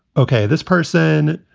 ok, this person